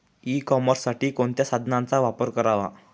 E कॉमर्ससाठी कोणत्या साधनांचा वापर करावा?